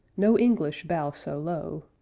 no english bow so low,